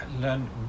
Learn